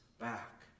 back